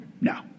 No